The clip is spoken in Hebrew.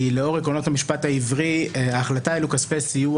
כי לאור עקרונות המשפט העברי ההחלטה אילו כספי סיוע